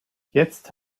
jetzt